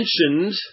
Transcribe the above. mentioned